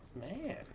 Man